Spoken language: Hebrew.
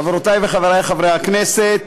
חברותי וחברי חברי הכנסת,